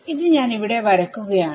ഇത് ഞാൻ ഇവിടെ വരക്കുകയാണ്